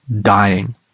dying